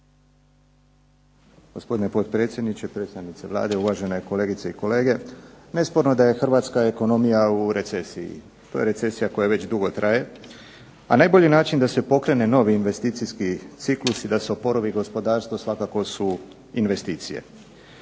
hrvatska ekonomija u recesiji. To je recesija koja već dugo traje, a najbolji način da se pokrene novi investicijski ciklus i da se oporavi gospodarstvo svakako su investicije.